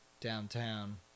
downtown